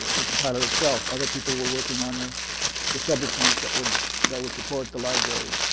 the compiler itself. other people were working on the the subroutines that would that would support the library,